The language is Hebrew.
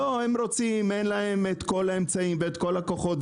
הם רוצים, אבל אין להם כל האמצעים וכל הכוחות.